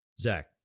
Zach